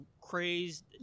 crazed